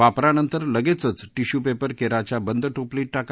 वापरानंतर लगेचच टिश्यूपेपर केराच्या बंद टोपलीत टाका